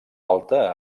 alta